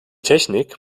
technik